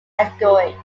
category